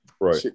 Right